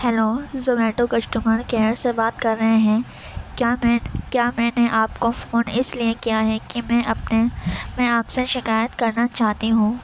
hello Zomato customer care سے بات کر رہے ہیں کیا میں کیا میں نے آپ کو فون اس لیے کیا ہے کہ میں اپنے میں آپ سے شکایت کرنا چاہتی ہوں